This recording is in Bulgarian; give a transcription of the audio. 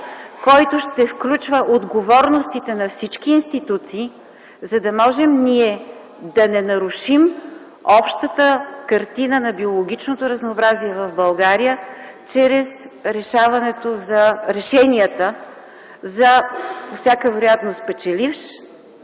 който ще включва отговорностите на всички институции, за да можем ние да не нарушим общата картина на биологичното разнообразие в България чрез решенията за по всяка вероятност печеливш,